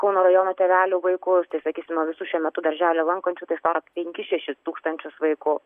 kauno rajono tėvelių vaikus tai sakysime visus šiuo metu darželį lankančius tai sudaro penkis šešis tūkstančius vaikų